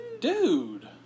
Dude